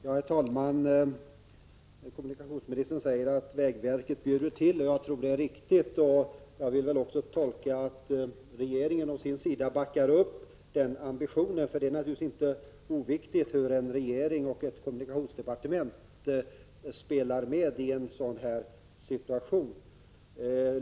Herr talman! Kommunikationsministern säger att vägverket bjuder till, och det är riktigt. Jag tolkar det så att regeringen backar upp den ambitionen, därför att det är naturligtvis inte oviktigt hur regeringen och kommunikationsdepartementet spelar med i en sådan här situation.